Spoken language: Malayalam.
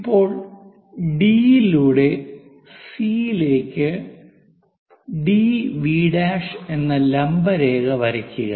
ഇപ്പോൾ ഡി യിലൂടെ സി യിലേക്ക് ഡിവി' DV' എന്ന ലംബ രേഖ വരയ്ക്കുക